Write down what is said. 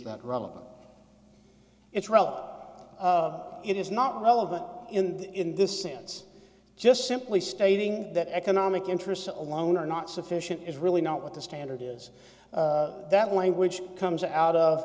that relevant it's relevant it is not relevant in in this sense just simply stating that economic interests alone are not sufficient is really not what the standard is that language comes out of